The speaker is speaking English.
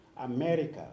America